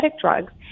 drugs